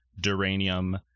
duranium